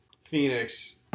Phoenix